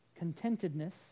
Contentedness